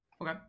Okay